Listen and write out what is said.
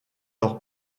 leur